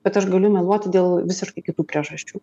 bet aš galiu meluoti dėl visiškai kitų priežasčių